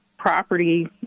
property